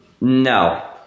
No